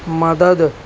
مدد